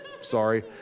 Sorry